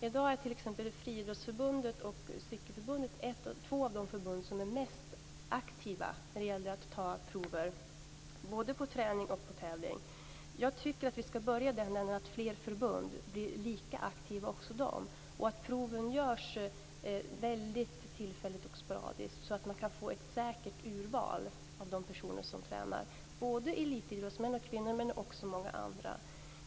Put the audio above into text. I dag är t.ex. Friidrottsförbundet och Cykelförbundet två av de förbund som är mest aktiva när det gäller att ta prover vid både träning och tävling. Jag tycker att vi skall börja i den ändan att vi skall se till att fler förbund blir lika aktiva och att proven görs väldigt tillfälligt och sporadiskt, så att man kan få ett säkert urval av de personer som tränar. Det gäller både elitidrottsmän och kvinnor men också många andra.